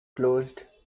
closed